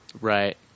Right